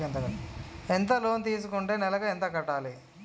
ఎంత లోన్ తీసుకుంటే నెలకు ఎంత కట్టాలి?